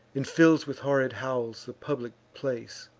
and fills with horrid howls the public place.